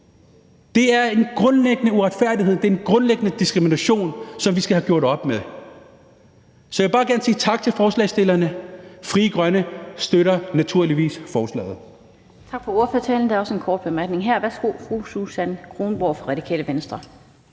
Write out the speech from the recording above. det er en grundlæggende uretfærdighed, det er en grundlæggende diskrimination, som vi skal have gjort op med. Så jeg vil bare gerne sige tak til forslagsstillerne, og at Frie Grønne naturligvis støtter forslaget.